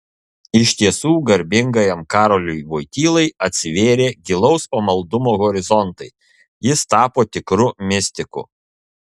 iš tiesų garbingajam karoliui vojtylai atsivėrė gilaus pamaldumo horizontai jis tapo tikru mistiku